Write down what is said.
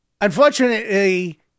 Unfortunately